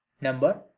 Number